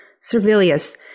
Servilius